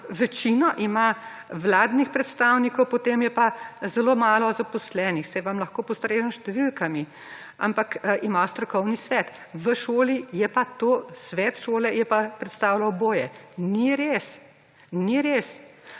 večino vladnih predstavnikov, potem je pa zelo malo zaposlenih - saj vam lahko postrežem s številkami -, ampak ima strokovni svet. V šoli je pa svet šole predstavljal oboje. **15.